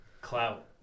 Clout